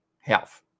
health